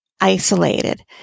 isolated